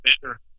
Better